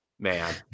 Man